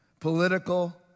political